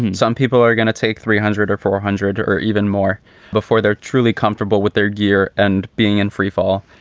and some people are gonna take three hundred or four hundred or even more before they're truly comfortable with their gear and being in freefall.